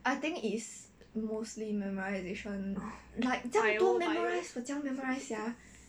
I think is mostly memorisation like 这样多 memorise 我怎么样 memorise sia